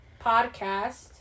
podcast